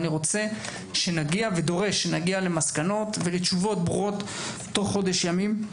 אני רוצה ודורש שנגיע למסקנות ולתשובות ברורות תוך חודש ימים.